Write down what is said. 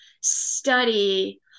study